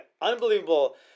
unbelievable